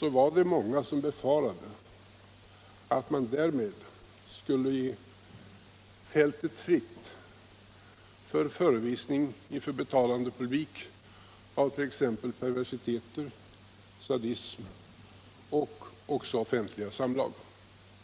var det faktiskt många som befarade att man därmed skulle ge fältet fritt för förevisning inför betalande publik av t.ex. perversileter, sadism och även offentliga sumlag.